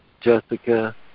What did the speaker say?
Jessica